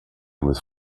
with